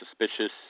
suspicious